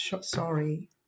sorry